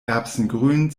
erbsengrün